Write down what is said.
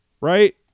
right